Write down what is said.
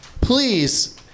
Please